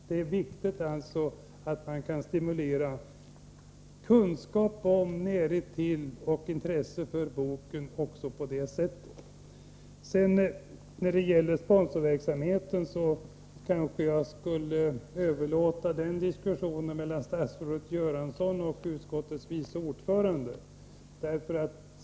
Det är viktigt att stimulera kunskap om, närhet till och intresse för boken också på det sättet. När det gäller sponsorverksamheten kanske jag skulle överlåta diskussionen till statsrådet Göransson och utskottets vice ordförande.